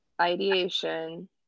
ideation